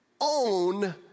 own